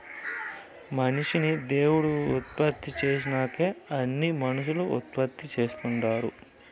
మనిషిని దేవుడు ఉత్పత్తి చేసినంకే అన్నీ మనుసులు ఉత్పత్తి చేస్తుండారు